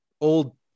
old